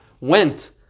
went